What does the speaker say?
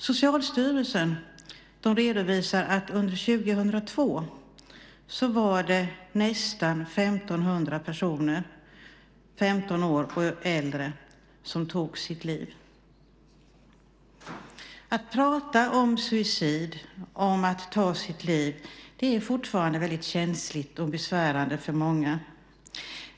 Socialstyrelsen redovisar att det under 2002 var nästan 1 500 personer från 15 år och äldre som tog sitt liv. Att prata om suicid, om att ta sitt liv, är fortfarande känsligt och besvärande för många.